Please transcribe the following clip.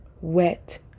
wet